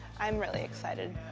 i'm really excited,